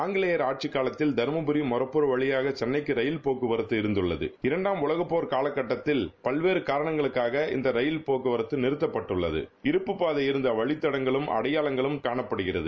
ஆங்கிலேயர் ஆட்சிகாலத்தில் தருமபரி மொறப்புர் வழிபாக சென்னைக்கு ரயில் போக்குவாத்து இருக்துள்ளது இரண்டாம் உலகப் போர் காலகட்டத்தில் பல்வேறு காணங்குளுக்காக இந்த ரயில் போக்குவாத்து நிறத்தப்பட்டுள்ளது இருப்புப் பாதை இருக்க வழித்தடங்களும் அடையாளங்களும் காணப்படுகிறது